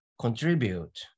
contribute